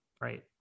right